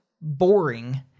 boring